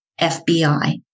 FBI